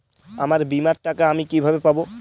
আমার বীমার টাকা আমি কিভাবে পাবো?